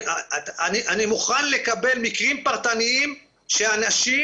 אני מוכן לקבל מקרים פרטניים שאנשים